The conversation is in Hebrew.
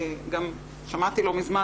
גם שמעתי לא מזמן,